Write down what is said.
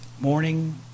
morning